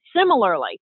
similarly